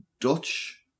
Dutch